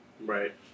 right